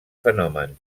fenomen